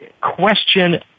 question